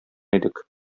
идек